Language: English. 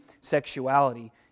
sexuality